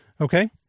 Okay